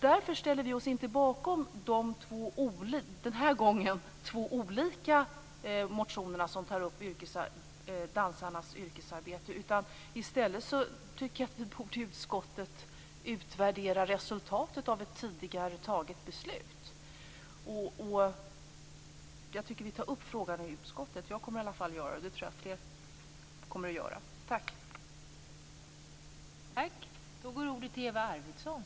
Därför ställer vi oss inte bakom de två motioner som den här gången tar upp dansarnas yrkesarbete. I stället borde vi i utskottet utvärdera resultatet av ett tidigare taget beslut. Jag tycker att vi tar upp frågan i utskottet. Jag kommer i alla fall att göra det, och det tror jag att fler kommer att göra.